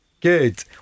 Good